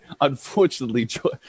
Unfortunately